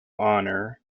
honour